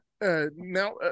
now